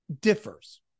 differs